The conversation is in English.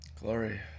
Glory